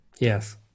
Yes